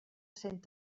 cent